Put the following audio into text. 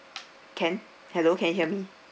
can hello can you hear me